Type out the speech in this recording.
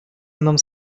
mną